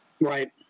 Right